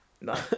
no